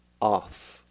off